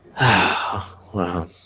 Wow